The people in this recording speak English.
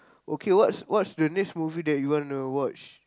okay what's what's the next movie that you wanna watch